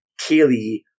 Kaylee